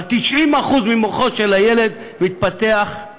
אבל 90% ממוחו של הילד מתפתחים